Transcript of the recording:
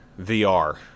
VR